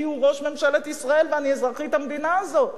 כי הוא ראש ממשלת ישראל ואני אזרחית המדינה הזאת.